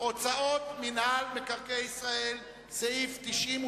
הוצאות מינהל מקרקעי ישראל, סעיף 98